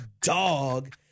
dog